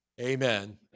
Amen